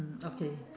mm okay